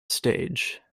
stage